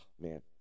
man